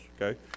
okay